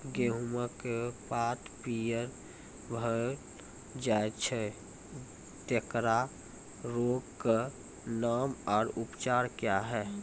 गेहूँमक पात पीअर भअ जायत छै, तेकरा रोगऽक नाम आ उपचार क्या है?